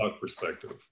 perspective